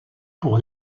pour